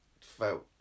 felt